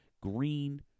green